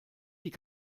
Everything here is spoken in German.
die